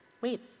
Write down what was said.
wait